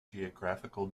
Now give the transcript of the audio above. geographical